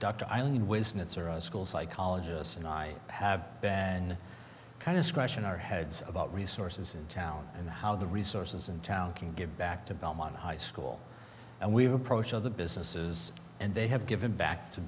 a school psychologist and i have been kind of scratching our heads about resources in town and how the resources in town can get back to belmont high school and we've approached other businesses and they have given back to